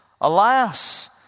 alas